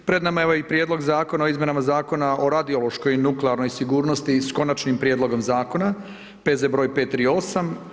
Pred nama je evo i prijedlog Zakona o izmjenama Zakona o radiološkoj i nuklearnoj sigurnosti, s Konačnim prijedlogom Zakona, PZ broj 538.